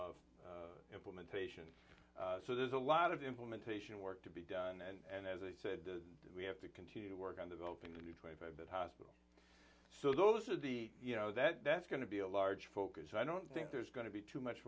of implementation so there's a lot of implementation work to be done and as i said we have to continue to work on developing a new twenty five but hospital so those are the you know that that's going to be a large focus i don't think there's going to be too much